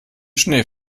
schnee